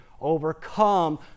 overcome